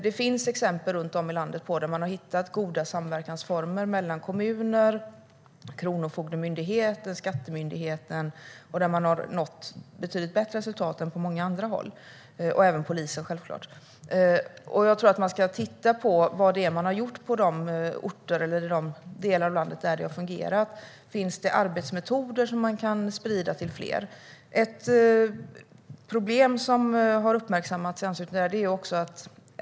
Det finns exempel runt om i landet på att man har hittat goda samverkansformer mellan kommuner, Kronofogdemyndigheten, skattemyndigheten och även självklart polisen och nått betydligt bättre resultat än på många andra håll. Jag tror att man ska titta på vad det är som har gjorts på de orter och i de delar av landet där det har fungerat. Finns det arbetsmetoder som kan spridas till fler? Jag ska nämna ett problem som har uppmärksammats i anslutning till det här.